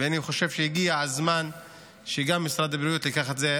ואני חושב שהגיע הזמן שמשרד הבריאות ישים